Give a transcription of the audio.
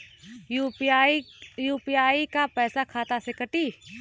UPI क पैसा खाता से कटी?